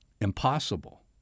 impossible